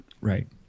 Right